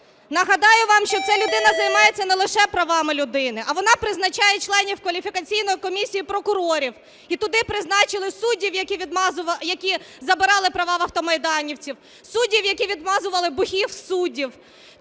Нагадаю вам, що ця людина займається не лише правами людини, а вона призначає членів Кваліфікаційної комісії прокурорів і туди призначили суддів, які забирали права в автомайданівців, суддів, які відмазували "бухих" суддів.